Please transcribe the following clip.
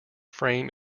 frame